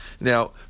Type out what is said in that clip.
Now